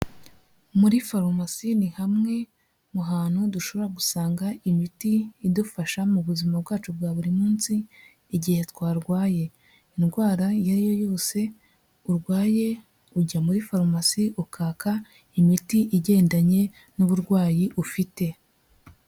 Muri farumasi ni hamwe mu hantu dushobora gusanga imiti idufasha mu buzima bwacu bwa buri munsi igihe twarwaye, indwara iyo ari yo yose urwaye ujya muri farumasi ukaka imiti igendanye n'uburwayi ufite.